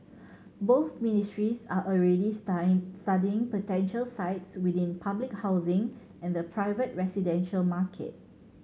both ministries are already studying potential sites within public housing and the private residential market